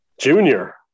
junior